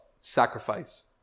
sacrifice